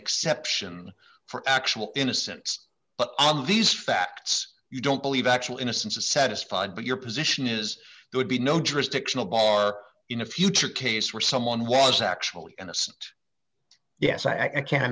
exception for actual innocence but on these facts you don't believe actual innocence is satisfied but your position is there would be no jurisdiction a bar in a future case where someone was actually an asst yes i i can